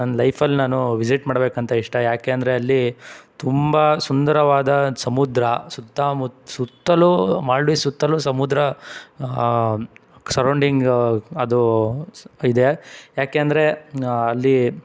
ನನ್ನ ಲೈಫಲ್ಲಿ ನಾನು ವಿಸಿಟ್ ಮಾಡಬೇಕಂತ ಇಷ್ಟ ಯಾಕೆ ಅಂದರೆ ಅಲ್ಲಿ ತುಂಬ ಸುಂದರವಾದ ಸಮುದ್ರ ಸುತ್ತ ಮುತ್ತ ಸುತ್ತಲೂ ಮಾಲ್ಡೀವ್ಸ್ ಸುತ್ತಲೂ ಸಮುದ್ರ ಸರೌಂಡಿಂಗ್ ಅದು ಇದೆ ಯಾಕೆ ಅಂದರೆ ಅಲ್ಲಿ